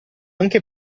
anche